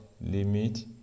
limit